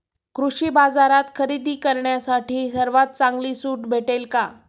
कृषी बाजारात खरेदी करण्यासाठी सर्वात चांगली सूट भेटेल का?